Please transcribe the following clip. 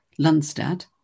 Lundstad